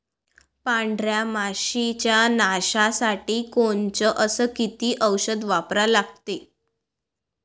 पांढऱ्या माशी च्या नाशा साठी कोनचं अस किती औषध वापरा लागते?